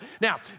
Now